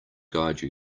guide